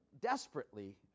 desperately